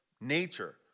nature